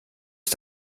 ist